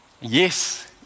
Yes